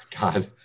God